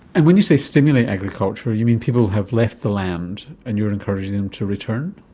and when you say stimulate agriculture, you mean people have left the land and you are encouraging them to return?